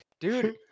dude